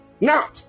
Now